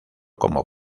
como